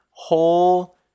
whole